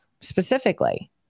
specifically